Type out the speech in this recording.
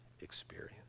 experience